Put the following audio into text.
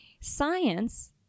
science